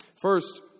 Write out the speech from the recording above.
First